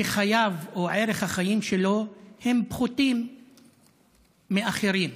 שחייו, שערך החיים שלו פחות משל אחרים.